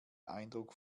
eindruck